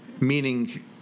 meaning